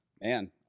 Man